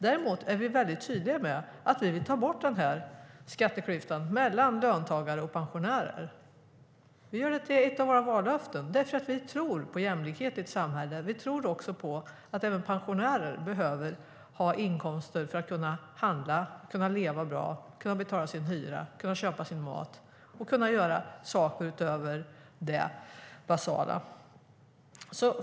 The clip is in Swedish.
Däremot är vi mycket tydliga med att vi vill ta bort skatteklyftan mellan löntagare och pensionärer. Det är ett av våra vallöften, eftersom vi tror på jämlikhet i ett samhälle. Vi tror också på att även pensionärer behöver ha inkomster för att kunna handla, leva bra, betala sin hyra, köpa sin mat och göra saker utöver det basala.